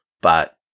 But-